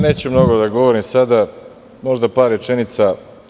Neću mnogo da govorim sada, možda par rečenica.